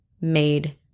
made